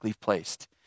placed